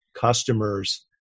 customers